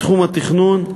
בתחום התכנון,